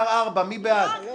בעד, מיעוט נגד,